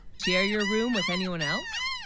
share your room with anyone else